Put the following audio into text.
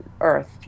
earth